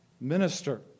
Minister